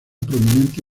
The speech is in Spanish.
prominente